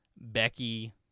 Becky